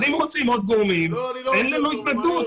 אם רוצים עוד גורמים, אין לנו התנגדות.